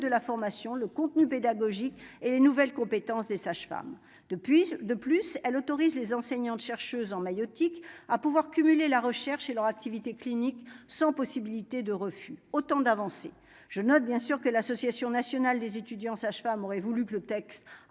de la formation, le contenu pédagogique et les nouvelles compétences des sages-femmes depuis de plus, elle autorise les enseignante chercheuse en maïeutique à pouvoir cumuler la recherche et leur activité clinique, sans possibilité de refus, autant d'avancées, je note bien sûr que l'association nationale des étudiants sages-femmes aurait voulu que le texte